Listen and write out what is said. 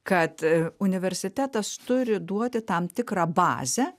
kad universitetas turi duoti tam tikrą bazę